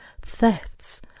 thefts